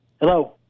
Hello